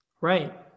right